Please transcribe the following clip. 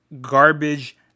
garbage